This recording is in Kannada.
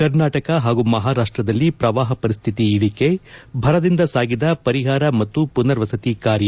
ಕರ್ನಾಟಕ ಹಾಗೂ ಮಹಾರಾಷ್ಟದಲ್ಲಿ ಪ್ರವಾಹ ಪರಿಸ್ತಿತಿ ಇಳಿಕೆ ಭರದಿಂದ ಸಾಗಿದ ಪರಿಹಾರ ಮತ್ತು ಪುನರ್ ವಸತಿ ಕಾರ್ಯ